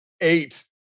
eight